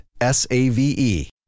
S-A-V-E